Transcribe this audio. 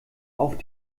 auf